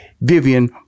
Vivian